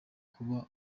kuba